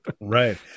right